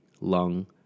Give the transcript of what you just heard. lung